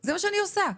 זה מה שאני עושה.